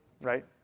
Right